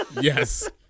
Yes